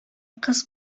кыз